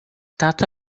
tata